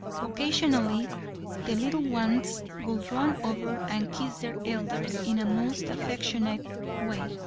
occasionally the little ones would run over and kiss their elders in a most affectionate way,